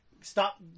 stop